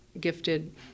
gifted